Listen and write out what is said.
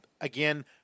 again